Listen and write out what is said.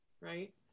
right